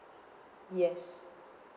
yes